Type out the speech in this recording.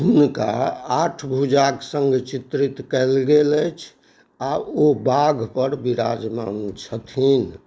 हुनका आठ भुजाके सङ्ग चित्रित कयल गेल अछि आ ओ बाघ पर विराजमान छथिन